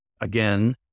again